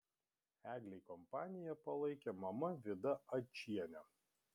eglei kompaniją palaikė mama vida ačienė